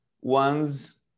ones